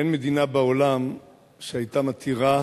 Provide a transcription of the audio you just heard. אין מדינה בעולם שהיתה מתירה